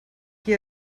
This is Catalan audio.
qui